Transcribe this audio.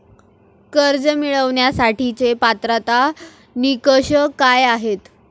कर्ज मिळवण्यासाठीचे पात्रता निकष काय आहेत?